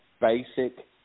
basic